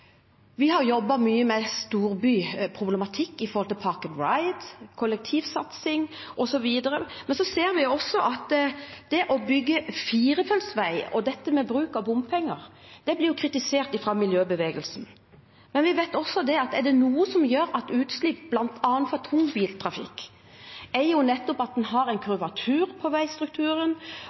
vi har jobbet mye med storbyproblematikk, med «park and ride», kollektivsatsing osv., og så ser vi at det å bygge firefeltsvei og dette med bruk av bompenger blir kritisert fra miljøbevegelsen. Men vi vet at er det noe som reduserer utslipp, bl.a. fra tungbiltrafikk, er det nettopp at man har en kurvatur på veistrukturen,